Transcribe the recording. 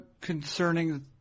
concerning